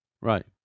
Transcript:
Right